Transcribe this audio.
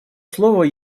слово